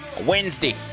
Wednesday